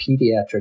pediatric